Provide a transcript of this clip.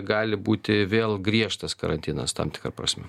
gali būti vėl griežtas karantinas tam tikra prasme